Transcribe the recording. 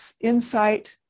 insight